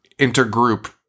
intergroup